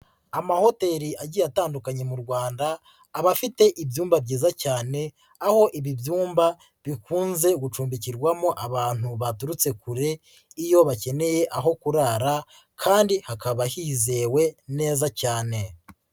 amahoteli agiye atandukanye mu Rwanda, aba afite ibyumba byiza cyane aho ibi byumba bikunze gucumbikirwamo abantu baturutse kure, iyo bakeneye aho kurara kandi hakaba hizewe neza cyane.